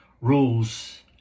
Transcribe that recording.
rules